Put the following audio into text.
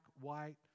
white